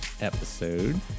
episode